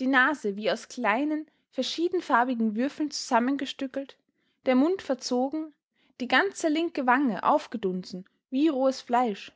die nase wie aus kleinen verschiedenfarbigen würfeln zusammengestückelt der mund verzogen die ganze linke wange aufgedunsen wie rohes fleisch